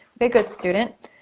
be a good student.